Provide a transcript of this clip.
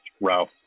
Ralph